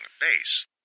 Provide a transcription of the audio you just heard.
Base